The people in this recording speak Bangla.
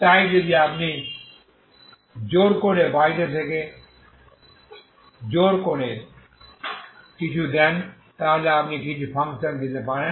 তাই যদি আপনি জোর করে বাইরে থেকে জোর করে কিছু দেন তাহলে আপনি কিছু ফাংশন দিতে পারেন